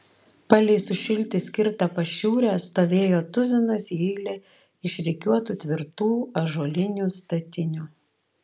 palei sušilti skirtą pašiūrę stovėjo tuzinas į eilę išrikiuotų tvirtų ąžuolinių statinių